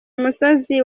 musozi